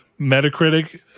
Metacritic